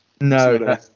No